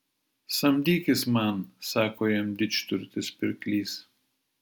samdykis man sako jam didžturtis pirklys